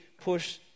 push